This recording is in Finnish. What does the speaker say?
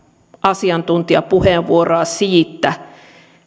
asiantuntijapuheenvuoroa